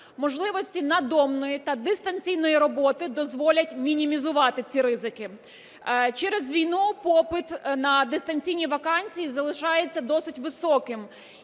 Можливості надомної та дистанційної роботи дозволять мінімізувати ці ризики. Через війну попит на дистанційні вакансії залишається досить високим.